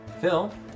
Phil